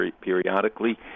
periodically